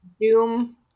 Doom